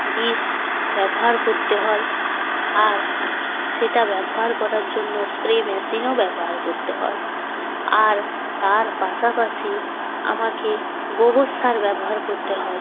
বিষ ব্যবহার করতে হয় আর সেটা ব্যবহার করার জন্য স্প্রে মেশিনও ব্যবহার করতে হয় আর তার পাশাপাশি আমাকে গোবর সার ব্যবহার করতে হয়